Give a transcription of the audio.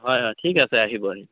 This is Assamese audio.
হয় হয় ঠিক আছে আহিব আহিব